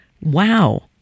wow